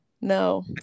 no